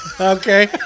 okay